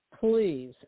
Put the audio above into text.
Please